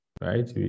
right